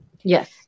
Yes